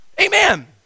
Amen